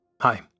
Hi